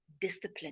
discipline